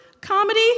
Comedy